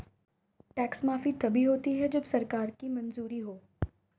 tax माफी तभी होती है जब सरकार की मंजूरी हो